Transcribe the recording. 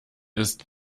ist